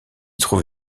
trouve